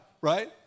right